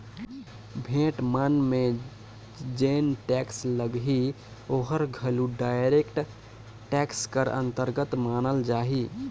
भेंट मन में जेन टेक्स लगही ओहर घलो डायरेक्ट टेक्स कर अंतरगत मानल जाही